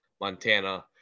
Montana –